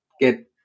get